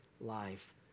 life